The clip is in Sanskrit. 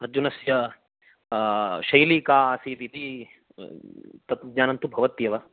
अर्जुनस्य शैली का आसीदिति तद्ज्ञानं तु भवत्येव